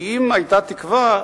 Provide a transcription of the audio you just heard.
כי אם היתה תקווה,